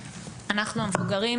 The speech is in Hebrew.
אנחנו המבוגרים,